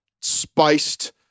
spiced